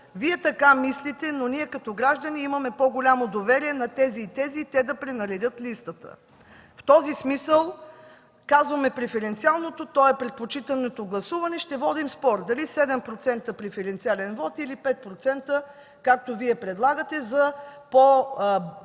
”Вие така мислите, но ние като граждани имаме по-голямо доверие на тези и тези”, и те да пренаредят листата. В този смисъл казваме „преференциалното”. То е предпочитаното гласуване. Ще водим спор дали 7% преференциален вот или 5%, както Вие предлагате, за по-динамично